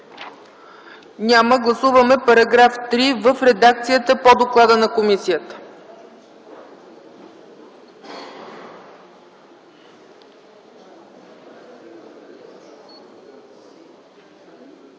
Няма. Гласуваме § 3 в редакцията по доклада на комисията.